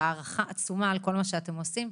והערכה עצומה על כל מה שאתם עושים.